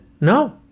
no